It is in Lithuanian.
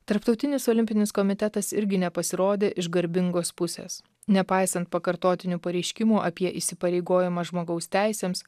tarptautinis olimpinis komitetas irgi nepasirodė iš garbingos pusės nepaisant pakartotinių pareiškimų apie įsipareigojimą žmogaus teisėms